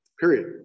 period